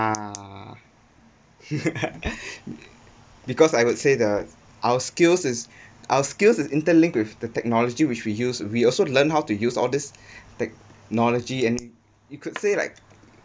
uh because I would say the our skills is our skills is interlinked with the technology which we use we also learn how to use all this technology and you could say like